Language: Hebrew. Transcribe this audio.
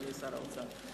אדוני שר האוצר.